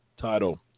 title